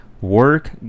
work